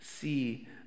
See